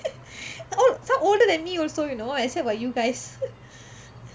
all some older than me also you know except for you guys